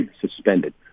suspended